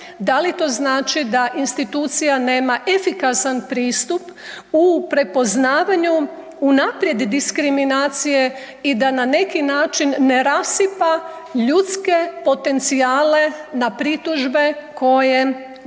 Da li to znači da institucija nema efikasan pristup u prepoznavanju unaprijed diskriminacije i da na neki način ne rasipa ljudske potencijale na pritužbe koje se